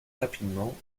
rapidement